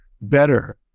better